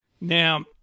Now